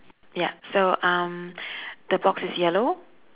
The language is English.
ya so um the box is yellow